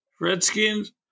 Redskins